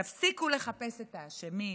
תפסיקו לחפש את האשמים,